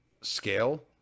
scale